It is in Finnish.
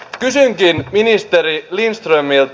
kysynkin ministeri lindströmiltä